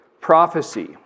prophecy